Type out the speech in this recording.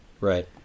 Right